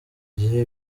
gihe